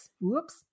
Whoops